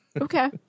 Okay